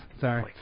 sorry